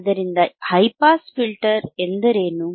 ಆದ್ದರಿಂದ high pass filter ಎಂದರೇನು